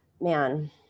man